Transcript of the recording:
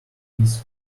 his